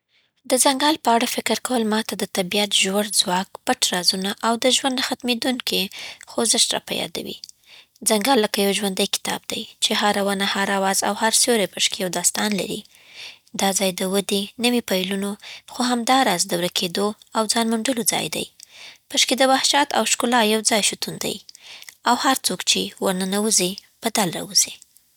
د ځنګل په اړه فکر کول ما ته د طبیعت ژور ځواک، پټ رازونه، او د ژوند نه ختمېدونکې خوځښت راپه یادوي. ځنګل لکه یو ژوندى کتاب دی، چې هره ونه، هر آواز، او هر سیوری پشکی یو داستان لري. دا ځای د ودې، نوي پیلونو، خو همداراز د ورکیدو او ځان موندلو ځای دی. پشکی د وحشت او ښکلا یوځای شتون دی، او هر څوک چې ورننوځي، بدل راوزي.